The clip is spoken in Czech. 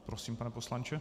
Prosím, pane poslanče.